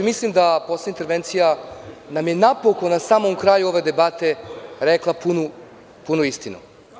Mislim da posle intervencija, da bi napokon samom kraju ove debate rekla punu istinu.